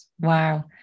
wow